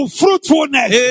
fruitfulness